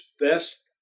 best